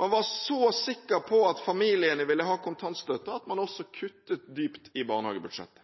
Man var så sikker på at familiene ville ha kontantstøtte, at man også kuttet